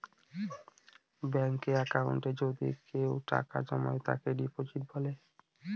ব্যাঙ্কে একাউন্টে যদি কেউ টাকা জমায় তাকে ডিপোজিট বলে